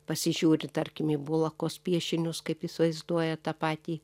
pasižiūri tarkim į bulakos piešinius kaip jis vaizduoja tą patį